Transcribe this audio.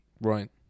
right